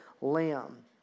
lamb